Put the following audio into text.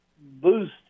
boost